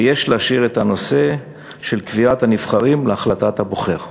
ויש להשאיר את הנושא של קביעת הנבחרים להחלטת הבוחר.